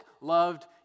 loved